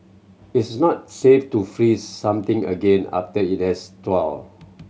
it is not safe to freeze something again after it has thawed